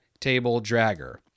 tabledragger